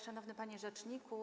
Szanowny Panie Rzeczniku!